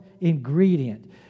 ingredient